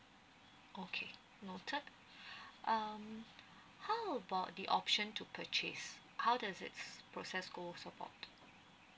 okay noted um how about the option to purchase how does it process go about